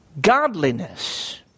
godliness